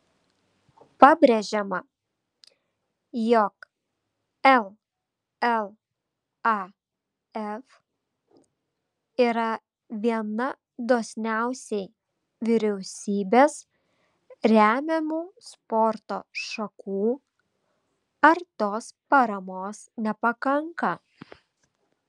pabrėžiama jog llaf yra viena dosniausiai vyriausybės remiamų sporto šakų ar tos paramos nepakanka